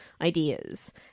ideas